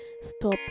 Stop